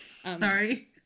Sorry